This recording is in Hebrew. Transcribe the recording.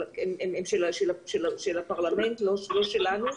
של הפרלמנט ולא שלנו.